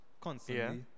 constantly